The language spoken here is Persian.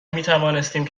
میتوانستیم